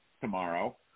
tomorrow